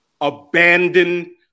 abandon